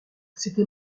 c’était